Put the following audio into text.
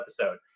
episode